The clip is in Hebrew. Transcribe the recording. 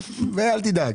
אל תדאג.